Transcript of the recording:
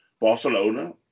Barcelona